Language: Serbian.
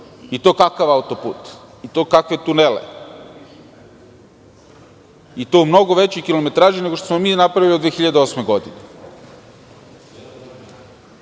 i to kakav autoput, i to kakve tunele, i u mnogo većoj kilometraži nego što smo mi napravili od 2008. godine. To